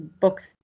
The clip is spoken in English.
books